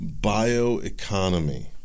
bioeconomy